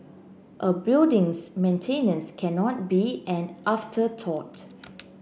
a building's maintenance cannot be an afterthought